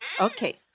Okay